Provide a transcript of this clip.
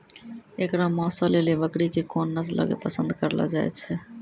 एकरो मांसो लेली बकरी के कोन नस्लो के पसंद करलो जाय छै?